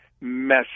mess